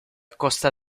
costa